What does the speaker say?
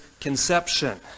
conception